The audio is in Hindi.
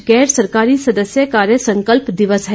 आज गैर सरकारी सदस्य कार्य संकल्प दिवस है